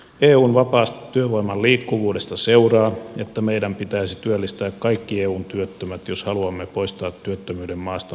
eun vapaasta työvoiman liikkuvuudesta seuraa että meidän pitäisi työllistää kaikki eun työttömät jos haluamme poistaa työttömyyden maastamme kokonaan